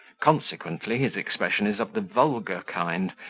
consequently his expression is of the vulgar kind,